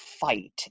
fight